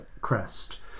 crest